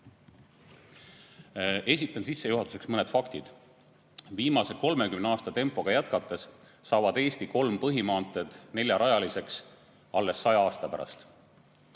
sissejuhatuseks mõned faktid. Viimase 30 aasta tempoga jätkates saavad Eesti kolm põhimaanteed neljarajaliseks alles saja aasta pärast.